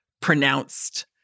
pronounced